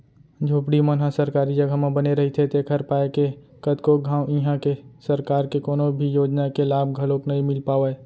झोपड़ी मन ह सरकारी जघा म बने रहिथे तेखर पाय के कतको घांव इहां के सरकार के कोनो भी योजना के लाभ घलोक नइ मिल पावय